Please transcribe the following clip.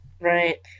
Right